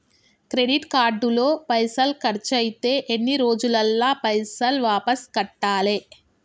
Credit card లో పైసల్ ఖర్చయితే ఎన్ని రోజులల్ల పైసల్ వాపస్ కట్టాలే?